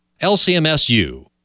LCMSU